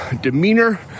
demeanor